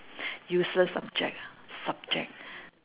useless subject ah subject